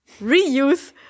reuse